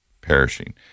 perishing